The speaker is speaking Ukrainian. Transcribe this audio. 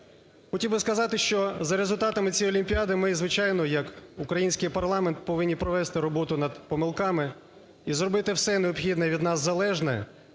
Хотів би сказати, що за результатами цієї Олімпіади ми, звичайно, як український парламент повинні провести роботу над помилками і зробити все необхідне від нас залежне